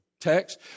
text